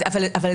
אני